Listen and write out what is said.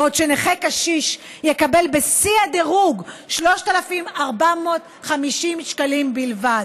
בעוד נכה קשיש יקבל בשיא הדירוג 3,450 שקלים בלבד.